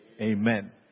Amen